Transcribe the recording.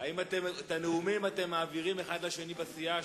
האם את הנאומים אתם מעבירים אחד לשני בסיעה,